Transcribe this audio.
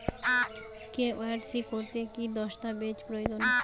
KYC করতে কি দস্তাবেজ প্রয়োজন?